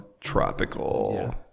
tropical